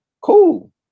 Cool